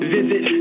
Visit